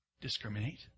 discriminate